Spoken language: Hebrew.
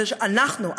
אלא שאנחנו,